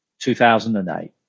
2008